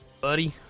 Buddy